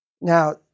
now